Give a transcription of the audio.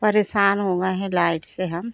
परेशान हो गए हैं लाइट से हम